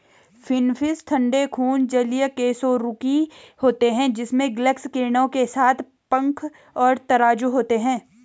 finfish ठंडे खून जलीय कशेरुकी होते हैं जिनमें गिल्स किरणों के साथ पंख और तराजू होते हैं